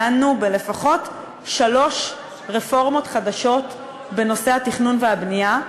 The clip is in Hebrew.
דנו בשלוש רפורמות חדשות לפחות בנושא התכנון והבנייה.